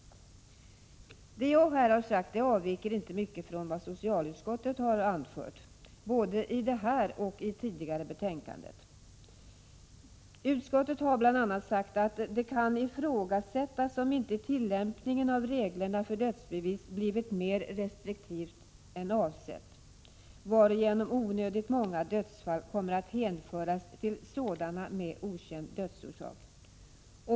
Det jag här har sagt avviker inte mycket från vad socialutskottet har anfört både i det här och i tidigare betänkanden. Utskottet har bl.a. sagt att det kan ”ifrågasättas om inte tillämpningen av reglerna för dödsbevis blivit mer restriktiv än avsett, varigenom onödigt många dödsfall kommer att hänföras till sådana med okänd dödsorsak”.